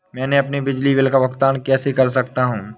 मैं अपने बिजली बिल का भुगतान कैसे कर सकता हूँ?